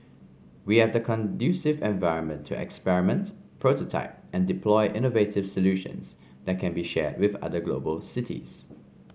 we have the conducive environment to experiment prototype and deploy innovative solutions that can be shared with other global cities